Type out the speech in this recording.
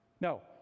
No